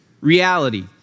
reality